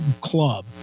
club